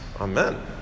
Amen